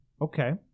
Okay